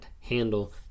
handle